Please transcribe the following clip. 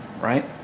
right